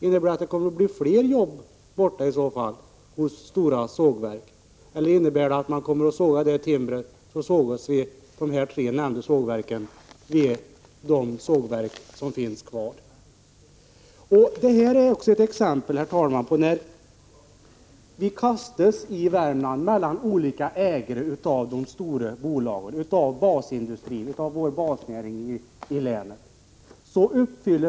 Innebär det att det försvinner fler jobb hos Storas sågverk eller innebär det att man kommer att såga det timmer som sågats vid de tre nämnda sågverken vid andra sågverk som finns kvar? Herr talman! Detta är ett exempel på hur vi i Värmland kastas mellan olika ägare av de stora bolagen, de som äger basnäringarna i länet.